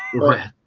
brian